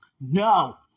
No